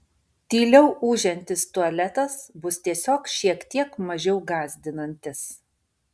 tyliau ūžiantis tualetas bus tiesiog šiek tiek mažiau gąsdinantis